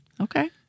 Okay